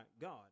God